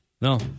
No